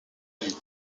ville